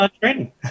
training